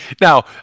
Now